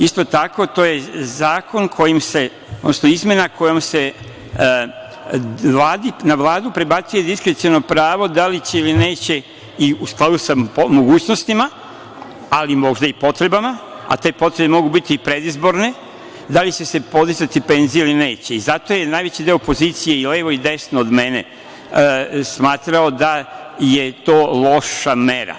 Isto tako, to je zakon kojim se, odnosno izmena kojom se na Vladu prebacuje diskreciono pravo da li će ili neće i u skladu sa mogućnostima, ali možda i potrebama, a te potrebe mogu biti i predizborne, da li će se podizati penzije ili neće i zato je najveći deo opozicije i levo i desno od mene smatrao da je to loša mera.